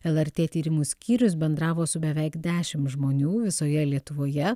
lrt tyrimų skyrius bendravo su beveik dešimt žmonių visoje lietuvoje